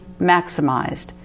maximized